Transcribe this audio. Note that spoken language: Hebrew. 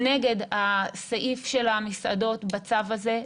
נגד הסעיף של המסעדות בצו הזה,